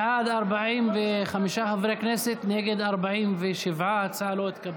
בעד, 45 חברי כנסת, נגד, 47. ההצעה לא התקבלה.